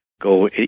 go